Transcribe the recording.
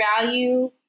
value